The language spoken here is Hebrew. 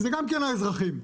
גם האזרחים.